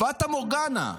פטה מורגנה.